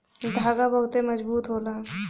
धागा बहुते मजबूत होला